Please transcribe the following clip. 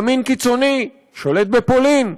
ימין קיצוני שולט בפולין,